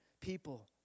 people